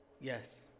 Yes